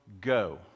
go